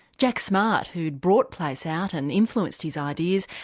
jack smart who'd brought place out and influenced his ideas,